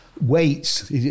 weights